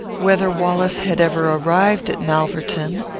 whether wallace had ever arrived at malverton,